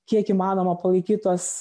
kiek įmanoma palaikyt tuos